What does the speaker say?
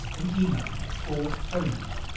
an email address or phone number.